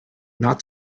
not